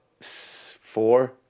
Four